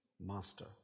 master